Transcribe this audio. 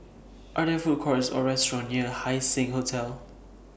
Are There Food Courts Or restaurants near Haising Hotel